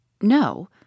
No